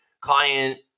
Client